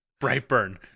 Brightburn